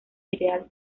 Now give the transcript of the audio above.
ideal